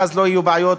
ואז לא יהיו בעיות